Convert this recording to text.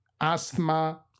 asthma